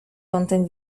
kątem